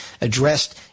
addressed –